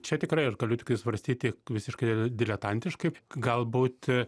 čia tikrai aš galiu tiktai svarstyti visiškai diletantiškai galbūt